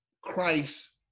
christ